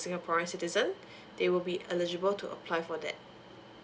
singaporean citizen they will be eligible to apply for that